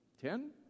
Ten